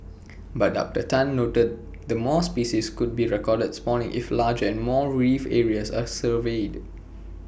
but doctor Tun noted that more species could be recorded spawning if larger and more reef areas are surveyed